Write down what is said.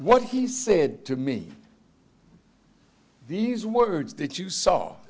what he said to me these words that you saw